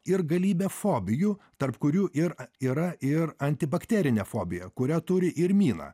ir galybę fobijų tarp kurių ir yra ir antibakterinė fobija kurią turi ir mina